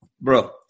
Bro